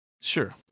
Sure